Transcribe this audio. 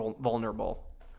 vulnerable